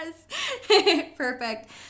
Perfect